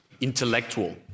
intellectual